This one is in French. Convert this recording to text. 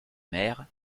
maire